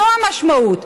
זו המשמעות.